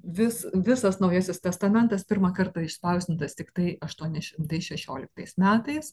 vis visas naujasis testamentas pirmą kartą išspausdintas tiktai aštuoni šimtai šešioliktais metais